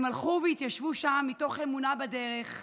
הם הלכו והתיישבו שם מתוך אמונה בדרך,